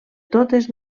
totes